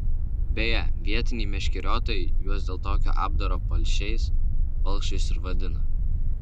beje vietiniai meškeriotojai juos dėl tokio apdaro palšiais palšais ir vadina